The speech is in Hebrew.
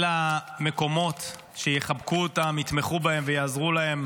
אל המקומות שיחבקו אותם, יתמכו בהם ויעזרו להם